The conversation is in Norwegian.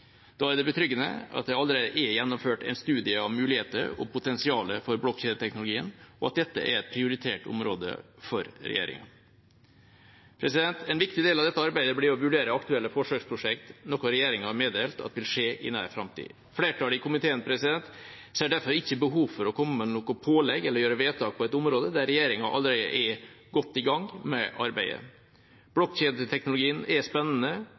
Da er det betryggende at det allerede er gjennomført en studie av mulighetene og potensialet i blokkjedeteknologien, og at dette er et prioritert område for regjeringa. En viktig del av dette arbeidet blir å vurdere aktuelle forsøksprosjekt, noe regjeringa har meddelt vil skje i nær framtid. Flertallet i komiteen ser derfor ikke noe behov for å komme med noe pålegg eller gjøre vedtak på et område der regjeringa allerede er godt i gang med arbeidet. Blokkjedeteknologien er spennende,